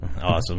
Awesome